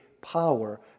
power